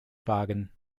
wagen